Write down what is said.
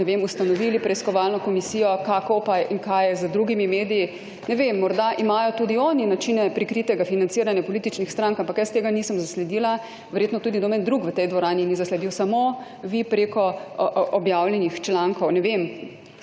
ustanovili preiskovalno komisiji, kako in kaj je z drugimi mediji. Ne vem, morda imajo tudi oni načine prikritega financiranja političnih strank, ampak jaz tega nisem zasledila, verjetno tudi noben drug v tej dvorani ni zasledil, samo vi, preko objavljenih člankov. Ne vem,